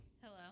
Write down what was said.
Hello